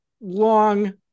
long